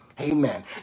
Amen